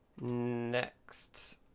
Next